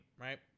right